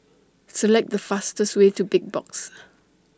Select The fastest Way to Big Box